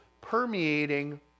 permeating